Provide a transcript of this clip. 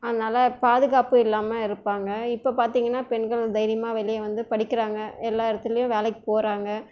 அதனால பாதுகாப்பு இல்லாமல் இருப்பாங்க இப்போ பார்த்திங்கன்னா பெண்கள் தைரியமாக வெளியே வந்து படிக்கிறாங்க எல்லா இடத்துலயும் வேலைக்கு போகிறாங்க